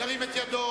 מי נגד?